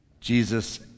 Jesus